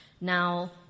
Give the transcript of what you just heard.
Now